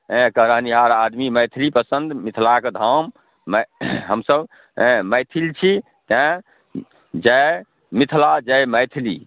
एहिके रहनिहार आदमी मैथिली पसन्द मिथिलाके धाममे हमसब एहि मैथिल छी तेँ जय मिथिला जय मैथिली